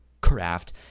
craft